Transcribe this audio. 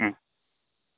ও